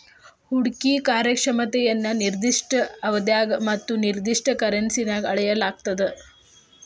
ಹೂಡ್ಕಿ ಕಾರ್ಯಕ್ಷಮತೆಯನ್ನ ನಿರ್ದಿಷ್ಟ ಅವಧ್ಯಾಗ ಮತ್ತ ನಿರ್ದಿಷ್ಟ ಕರೆನ್ಸಿನ್ಯಾಗ್ ಅಳೆಯಲಾಗ್ತದ